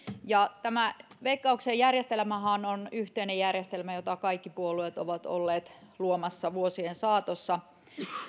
tämä veikkauksen järjestelmähän on yhteinen järjestelmä jota kaikki puolueet ovat olleet luomassa vuosien saatossa